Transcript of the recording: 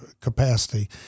capacity